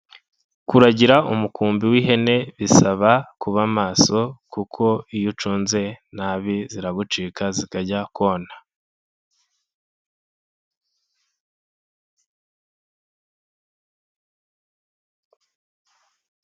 Kuragira umukumbi w'ihene bisaba kuba maso kuko iyo ucunze nabi ziragucika zikajya kona.